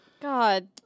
God